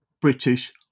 British